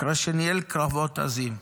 אחרי שניהל קרבות עזים.